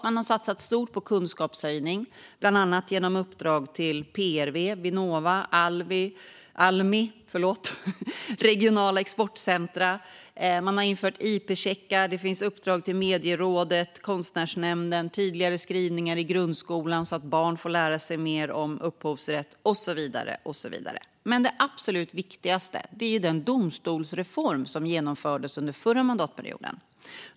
Man har satsat stort på kunskapshöjning, bland annat genom uppdrag till PRV, Vinnova, Almi och regionala exportcentrum. Man har infört ip-checkar. Man har gett uppdrag till Statens medieråd och Konstnärsnämnden. Man har infört tydligare skrivningar i grundskolans kursplaner, så att barn får lära sig mer om upphovsrätt och så vidare. Men det absolut viktigaste är den domstolsreform som genomfördes under förra mandatperioden.